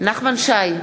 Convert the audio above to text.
נחמן שי,